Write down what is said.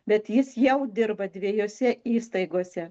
bet jis jau dirba dviejose įstaigose